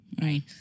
Right